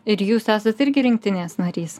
ir jūs esat irgi rinktinės narys